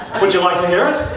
would you like to hear it?